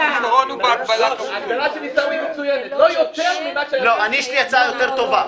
לי יש הצעה יותר טובה.